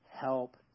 help